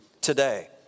today